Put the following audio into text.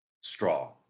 straw